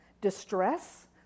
distress